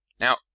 Now